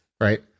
right